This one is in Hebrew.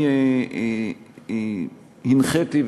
אני הנחיתי,